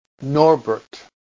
Norbert